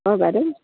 অঁ বাইদেউ